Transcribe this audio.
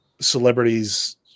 celebrities